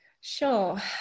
Sure